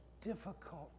difficult